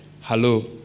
Hello